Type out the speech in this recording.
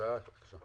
שיצאה עכשיו חזרה.